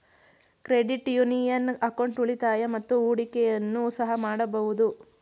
credit union account ಉಳಿತಾಯ ಮತ್ತು ಹೂಡಿಕೆಯನ್ನು ಸಹ ಮಾಡಬಹುದು